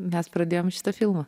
mes pradėjom šitą filmą